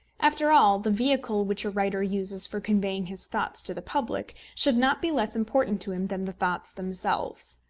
after all, the vehicle which a writer uses for conveying his thoughts to the public should not be less important to him than the thoughts themselves.